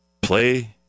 play